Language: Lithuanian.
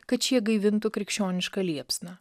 kad šie gaivintų krikščionišką liepsną